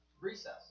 Recess